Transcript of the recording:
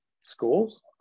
schools